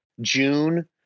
June